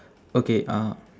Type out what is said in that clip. okay uh